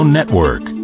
Network